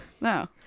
No